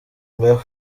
ngo